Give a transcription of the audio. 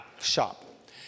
shop